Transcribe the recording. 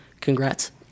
congrats